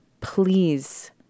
Please